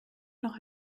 noch